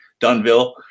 dunville